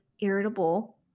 irritable